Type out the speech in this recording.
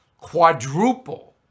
quadruple